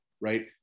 right